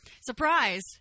Surprise